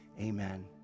Amen